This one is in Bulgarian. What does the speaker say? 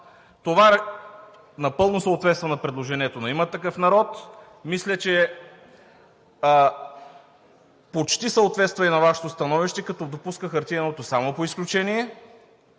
Това напълно съответства на предложението на „Има такъв народ“. Мисля, че почти съответства и на Вашето становище, като допуска хартиеното само по изключение.